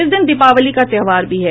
इस दिन दीपावली का त्यौहार भी है